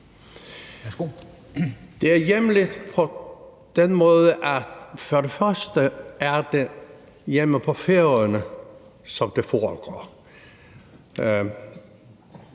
Det er hjemligt på den måde, at det er hjemme på Færøerne, det foregår.